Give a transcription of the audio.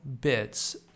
bits